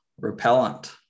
repellent